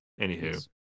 Anywho